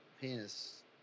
penis